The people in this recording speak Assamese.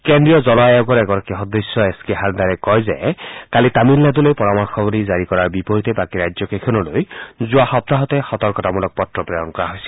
কেন্দ্ৰীয় জল আয়োগৰ এগৰাকী সদস্য এছ কে হালদাৰে কয় যে কালি তামিলনাডুলৈ পৰামৰ্শাৱলী জাৰি কৰাৰ বিপৰীতে বাকী ৰাজ্য কেইখনলৈ যোৱা সপ্তাহতে সতৰ্কতামূলক পত্ৰ প্ৰেৰণ কৰা হৈছে